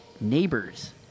Neighbors